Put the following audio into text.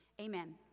amen